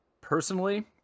Personally